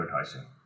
advertising